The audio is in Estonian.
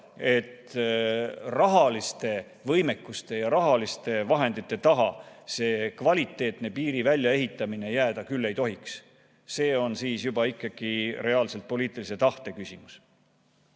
et rahalise võimekuse ja rahaliste vahendite taha see kvaliteetne piiri väljaehitamine jääda küll ei tohiks. See on siis juba ikkagi reaalselt poliitilise tahte küsimus.